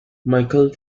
michel